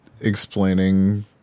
explaining